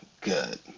good